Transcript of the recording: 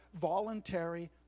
voluntary